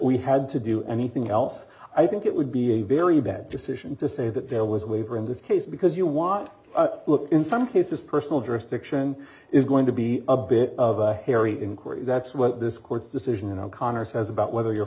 we had to do anything else i think it would be a very bad decision to say that there was a waiver in this case because you want to look in some cases personal jurisdiction is going to be a bit of a hairy inquiry that's what this court's decision o'connor says about whether you're